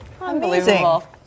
Unbelievable